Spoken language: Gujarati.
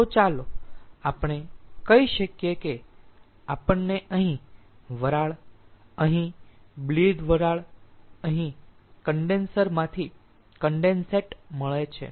તો ચાલો આપણે કહી શકીએ કે આપણને અહીં વરાળ અહી બ્લીડ વરાળ અહી કન્ડેન્સર માંથી કન્ડેન્સેટ મળે છે